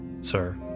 sir